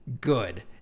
good